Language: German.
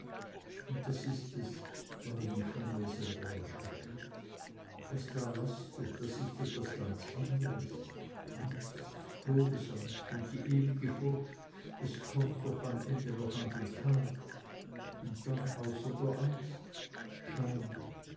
und das ist es warum ich vor mir selbst erschrecke was da lastet das ist etwas ganz anderes angst todesangst und die ewige furcht es kommt doch am ende noch an den tag und dann außer der angst scham